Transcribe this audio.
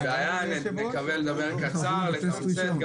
אין בעיה מקווה לדבר קצר לתמצת.